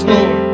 Lord